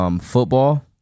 Football